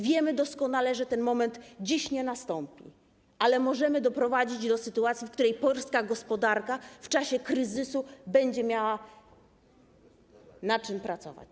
Wiemy doskonale, że ten moment dziś nie nastąpi, ale możemy doprowadzić do sytuacji, w której polska gospodarka w czasie kryzysu będzie miała na czym pracować.